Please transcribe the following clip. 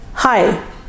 Hi